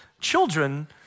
children